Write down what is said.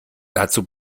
dazu